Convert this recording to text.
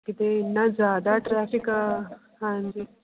ਕਿਤੇ ਇੰਨਾ ਜ਼ਿਆਦਾ ਟ੍ਰੈਫਿਕ ਆ ਹਾਂਜੀ